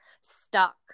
stuck